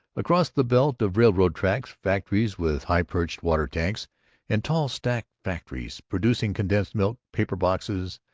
across the belt of railroad-tracks, factories with high-perched water-tanks and tall stacks-factories producing condensed milk, paper boxes,